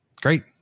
great